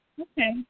Okay